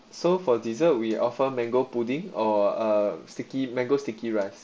so for dessert we offer mango pudding or uh sticky mango sticky rice